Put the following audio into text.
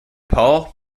paul